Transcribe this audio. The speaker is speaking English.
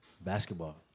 Basketball